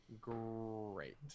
Great